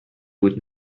بود